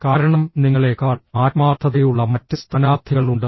കാരണം നിങ്ങളെക്കാൾ ആത്മാർത്ഥതയുള്ള മറ്റ് സ്ഥാനാർത്ഥികളുണ്ട്